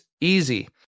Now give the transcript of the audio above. easy